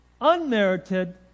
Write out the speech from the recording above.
Unmerited